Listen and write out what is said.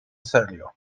serio